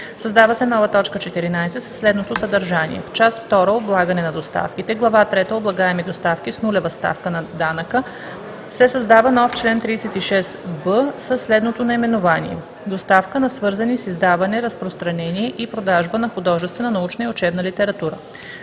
Създава се нова точка 14 със следното съдържание: В Част Втора – Облагане на доставките, глава трета „Облагаеми доставки с нулева ставка на данъка“, се създава нов чл. 36б със следното наименование: Доставка на свързани с издаване, разпространение и продажба на художествена, научна и учебна литература